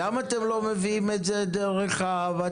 למה אתם לא מביאים את זה דרך הותמ"לים?